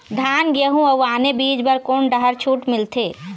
धान गेहूं अऊ आने बीज बर कोन डहर छूट मिलथे?